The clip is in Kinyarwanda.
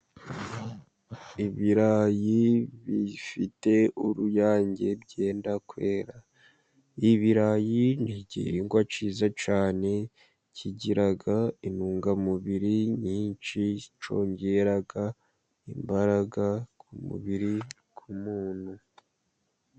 Ibirayi bifite uruyange byenda kwera, ibirayi ni igihingwa cyiza cyane, kigira intungamubiri nyinshi, cyongera imbaraga ku mubiri w'umuntu.